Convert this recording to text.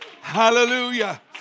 Hallelujah